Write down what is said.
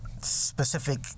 specific